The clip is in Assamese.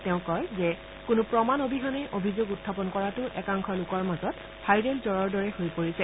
তেওঁ কয় যে কোনো প্ৰমাণ অবিহনে অভিযোগ উত্থাপন কৰাটো একাংশ লোকৰ মাজত ভাইৰেল জুৰৰ দৰেই হৈ পৰিছে